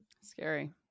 Scary